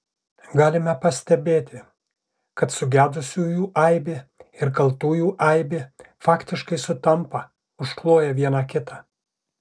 galime pastebėti kad sugedusiųjų aibė ir kaltųjų aibė faktiškai sutampa užkloja viena kitą